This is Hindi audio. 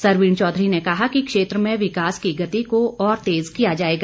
सरवीण चौधरी ने कहा कि क्षेत्र में विकास की गति को और तेज किया जाएगा